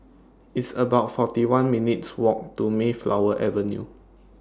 It's about forty one minutes' Walk to Mayflower Avenue